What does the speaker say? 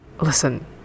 Listen